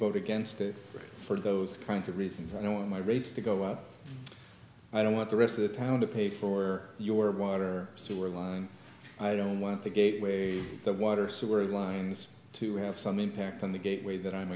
vote against it for those kinds of reasons i don't want my rates to go up i don't want the rest of the town to pay for your water sewer line i don't want the gateway the water sewer lines to have some impact on the gateway that i'm